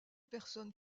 personne